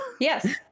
Yes